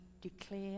declare